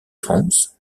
france